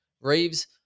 Reeves